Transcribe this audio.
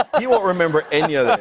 he won't remember any of this.